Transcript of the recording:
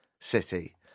city